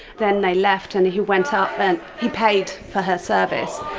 then they left, and he went up and he paid for her service.